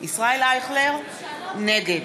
ישראל אייכלר, נגד